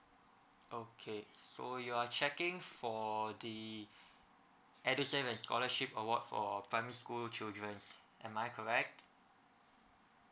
okay so you are checking for the edusave and scholarship award for primary school childrens am I correct